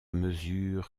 mesure